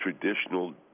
traditional